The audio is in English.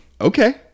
Okay